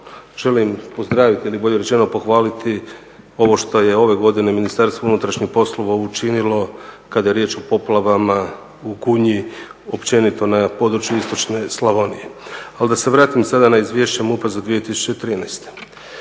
želim pozdraviti ili bolje rečeno pohvaliti ovo što je ove godine Ministarstvo unutrašnjih poslova učinilo kada je riječ o poplavama u Gunji, općenito na području istočne Slavonije. Ali da se vratim sada na izvješće MUP-a za 2013.